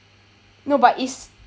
no but it's